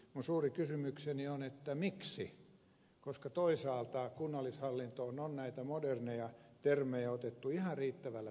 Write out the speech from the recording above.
minun suuri kysymykseni on miksi koska toisaalta kunnallishallintoon on näitä moderneja termejä otettu ihan riittävällä tavalla käyttöön